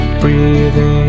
breathing